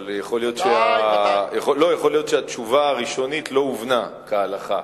אבל יכול להיות שהתשובה הראשונית לא הובנה כהלכה,